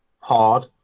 hard